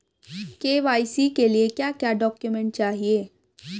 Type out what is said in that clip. KYC के लिए क्या क्या डॉक्यूमेंट चाहिए?